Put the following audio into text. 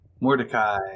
Mordecai